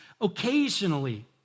occasionally